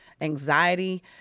anxiety